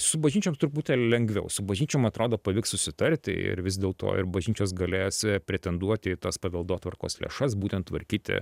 su bažnyčioms truputėlį lengviau su bažnyčiom atrodo pavyks susitarti ir vis dėlto ir bažnyčios galės pretenduoti į tas paveldotvarkos lėšas būtent tvarkyti